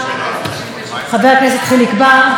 חבר הכנסת חיליק בר.